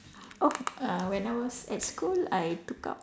oh uh when I was at school I took up